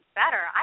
better